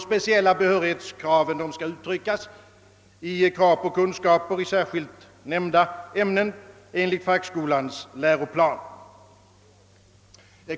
Speciella behörighetskrav uttrycks i krav på kunskaper i särskilt specificerade ämnen enligt fackskolans läroplan.